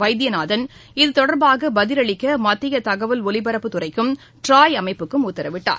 வைத்தியநாதன் இதுதொடர்பாக பதிலளிக்க மத்திய தகவல் ஒலிபரப்புத்துறைக்கும் ட்ராய் அமைப்புக்கும் உத்தரவிட்டார்